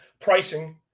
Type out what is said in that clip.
pricing